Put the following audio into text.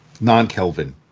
non-Kelvin